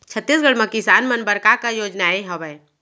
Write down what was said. छत्तीसगढ़ म किसान मन बर का का योजनाएं हवय?